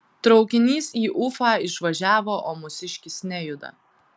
traukinys į ufą išvažiavo o mūsiškis nejuda